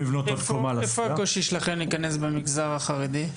איפה הקושי שלכם להיכנס למגזר החרדי?